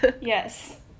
Yes